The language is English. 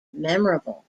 memorable